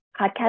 podcast